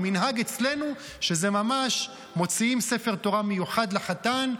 המנהג אצלנו הוא שממש מוציאים ספר תורה מיוחד לחתן,